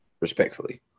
respectfully